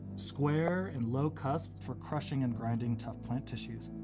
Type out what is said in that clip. square and low-cusped, for crushing and grinding tough plant tissues.